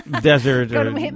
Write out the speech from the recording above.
Desert